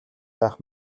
байх